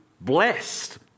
blessed